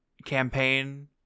campaign